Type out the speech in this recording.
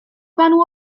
panu